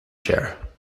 chair